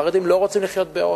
החרדים לא רוצים לחיות בעוני.